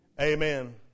amen